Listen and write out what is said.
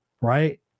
right